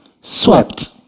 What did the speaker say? Swept